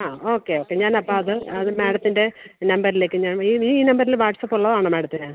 ആ okay okay ഞാൻ അപ്പോൾ അത് അത് മാഡത്തിൻ്റെ നമ്പറിലേക്ക് ഞാൻ ഈ ഈ നമ്പറിൽ വാട്ട്സപ്പ് ഉള്ളതാണോ മാഡത്തിന്